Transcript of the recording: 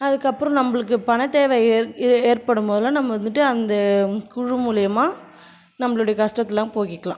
அதுக்கப்புறம் நம்மளுக்கு பணத் தேவை ஏற் ஏற்படும் போதெல்லாம் நம்ம வந்துட்டு அந்த குழு மூலிமா நம்மளுடைய கஷ்டத்தைலாம் போக்கிக்கலாம்